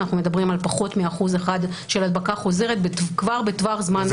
אנחנו מדברים על פחות מ-1% של הדבקה חוזרת כבר בתוך טווח זמן קצר.